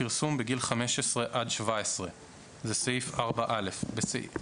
פרסום בגיל 15 עד 17 4א. (א)בסעיף זה,